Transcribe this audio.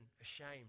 ashamed